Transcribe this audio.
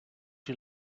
you